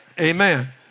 Amen